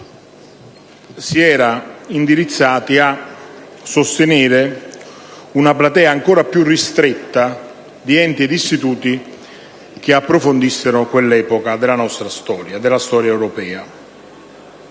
si era indirizzati a sostenere una platea ancora più ristretta di enti e istituti che approfondissero quell'epoca della nostra storia e della storia europea.